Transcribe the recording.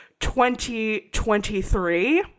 2023